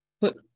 put